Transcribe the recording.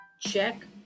check